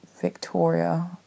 Victoria